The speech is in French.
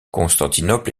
constantinople